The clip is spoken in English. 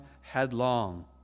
headlong